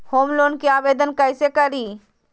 Home loan के आवेदन कैसे करि?